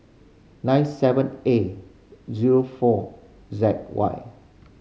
nine seven A zero four Z Y